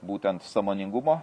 būtent sąmoningumo